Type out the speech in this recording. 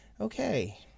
Okay